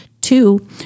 two